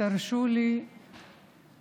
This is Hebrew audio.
תרשו לי להודות